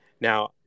Now